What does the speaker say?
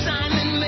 Simon